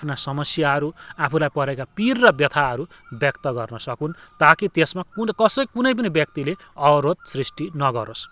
आफ्ना समस्याहरू आफूलाई परेका पिर र व्यथाहरू ब्याक्त गर्न सकुन् ताकि त्यसमा कुन कसै कुनै पनि व्यक्तिले अवरोध सृष्टि नगरोस्